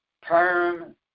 Perm